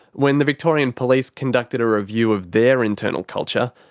when the victorian police conducted a review of their internal culture,